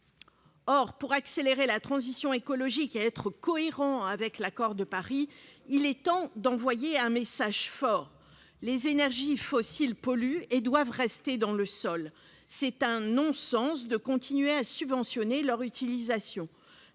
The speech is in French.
Or, pour accélérer la transition écologique et être cohérent avec l'accord de Paris, il est temps d'envoyer un message fort : les énergies fossiles polluent et doivent rester dans le sol. C'est un non-sens de continuer à subventionner leur utilisation.